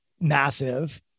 massive